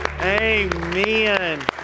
Amen